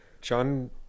john